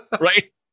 Right